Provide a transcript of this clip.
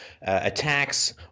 attacks